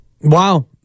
Wow